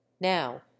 now